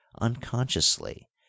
unconsciously